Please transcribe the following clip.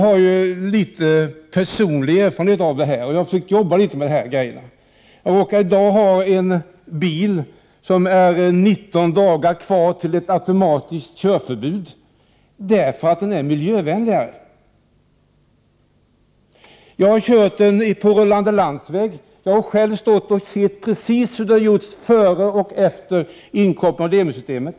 Personligen har jag viss erfarenhet här, eftersom jag har jobbat litet med dessa frågor. Jag råkar själv ha en bil för vilken det återstår 19 dagar. Sedan får bilen automatiskt körförbud. Anledningen är att bilen är miljövänligare. Jag har kört bilen så att säga på rullande landsväg och har sett hur det varit både före och efter inkopplingen av Lemisystemet.